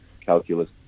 calculus